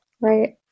Right